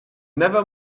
never